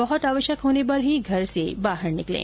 बहुत आवश्यक होने पर ही घर से बाहर निकलें